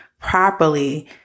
properly